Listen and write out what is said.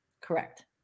Correct